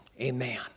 Amen